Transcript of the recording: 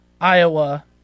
Iowa